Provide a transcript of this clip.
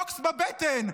בוקס בבטן,